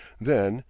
then,